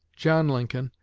john lincoln,